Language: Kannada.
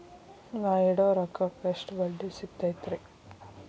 ನಾ ಇಡೋ ರೊಕ್ಕಕ್ ಎಷ್ಟ ಬಡ್ಡಿ ಸಿಕ್ತೈತ್ರಿ?